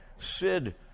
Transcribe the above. Sid